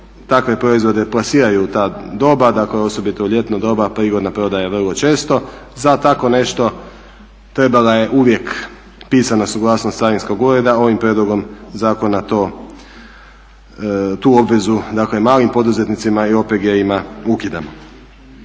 takve proizvode plasiraju u ta doba, dakle osobito u ljetno doba, prigodna prodaja vrlo često, za tako nešto trebala je uvijek pisana suglasnost carinskog ureda, ovim prijedlogom zakona tu obvezu dakle malim poduzetnicima i OPG-ima ukidamo.